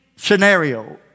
scenario